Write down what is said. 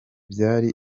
byari